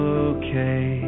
okay